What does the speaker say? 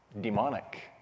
demonic